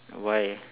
why